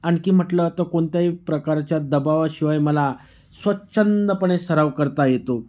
आणखी म्हटलं तर कोणत्याही प्रकारच्या दबावाशिवाय मला स्वच्छंदपणे सराव करता येतो